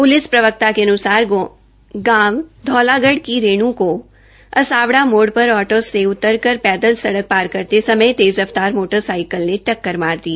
police प्रवकता के अनुसार गांव धौलागढ़ की रेणु को असावडा मोड़ पर ऑटो से उतरकर पैदल सड़क पार करते समय तेज रफ्तार मोटरसाइकल ने टक्कर मार दी